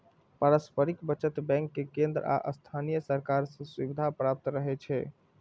पारस्परिक बचत बैंक कें केंद्र आ स्थानीय सरकार सं सुविधा प्राप्त रहै छै